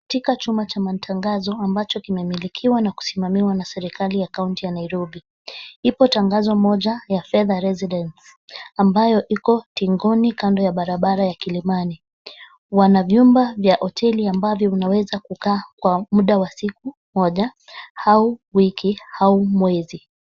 Katika chumba cha matangazo ambacho kunamilikiwa na kusimamiwa na serikali ya kaunti ya Nairobi, ipo tangazo moja ya [ca]Fedha Residence[ca], ambayo iko tingoni kando ya barabara ya Kilimani, wana vyumba vya hoteli ambavyo unaweza kukaa kwa muda wa siku moja, au wiki, au mwezi.